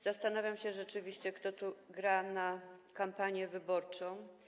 Zastanawiam się rzeczywiście, kto tu gra pod kampanię wyborczą.